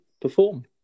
perform